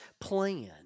plan